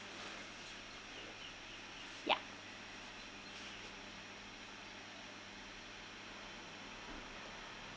ya